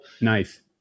nice